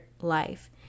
life